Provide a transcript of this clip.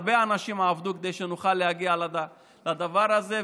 הרבה אנשים עבדו כדי שנוכל להגיע לדבר הזה.